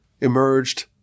emerged